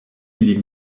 ili